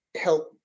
help